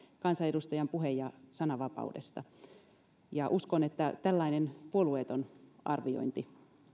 kansanedustajan puhe ja sananvapaudesta uskon että tällainen puolueeton arviointi